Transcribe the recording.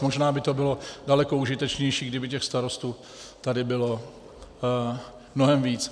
Možná by to bylo daleko užitečnější, kdyby těch starostů tady bylo mnohem víc.